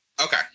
Okay